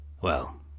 Well